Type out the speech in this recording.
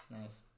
Nice